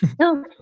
no